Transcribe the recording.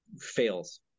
fails